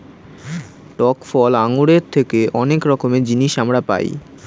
টক ফল আঙ্গুরের থেকে অনেক রকমের জিনিস আমরা পাই